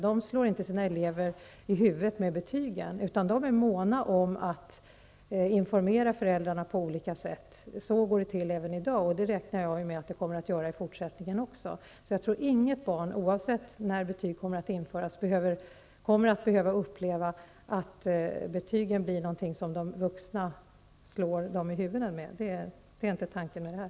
De slår inte sina elever i huvudet med betygen, utan lärarna är måna om att informera föräldrarna på olika sätt. Så går det till redan i dag, och det räknar jag med att det kommer att göra också i fortsättningen. Oavsett när betygen införs, tror jag inte att något barn kommer att uppleva att betyg är någonting som de vuxna slår dem i huvudet med. Det är inte tanken bakom det här.